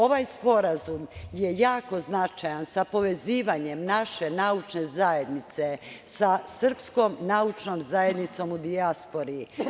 Ovaj sporazum je jako značajan sa povezivanjem naše naučne zajednice sa srpskom naučnom zajednicom u dijaspori.